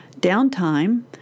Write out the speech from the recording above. Downtime